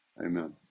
Amen